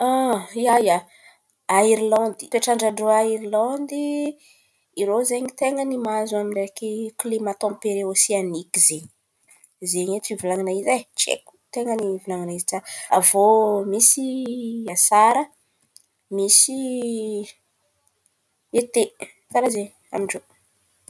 A Irlandry, toetrandran-drô a Irlandy, irô zen̈y ten̈a ny mahazo amin’araiky klimà tampere oseaniky ze. Zen̈y edy fivolan̈ana izy ai, tsy aiko ten̈a ny ivolan̈ana izy tsara. Avô, misy asara misy ete, karàha zen̈y amin-drô.